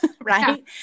right